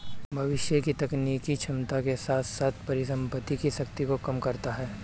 भविष्य की तकनीकी क्षमता के साथ साथ परिसंपत्ति की शक्ति को कम करता है